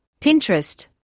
Pinterest